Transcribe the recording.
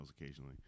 occasionally